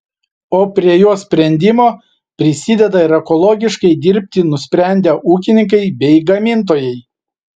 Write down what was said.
o prie jos sprendimo prisideda ir ekologiškai dirbti nusprendę ūkininkai bei gamintojai